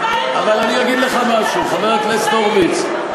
אבל אני אגיד לך משהו, חבר הכנסת הורוביץ.